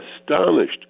astonished